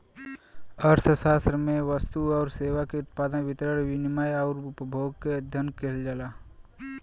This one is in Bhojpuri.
अर्थशास्त्र में वस्तु आउर सेवा के उत्पादन, वितरण, विनिमय आउर उपभोग क अध्ययन किहल जाला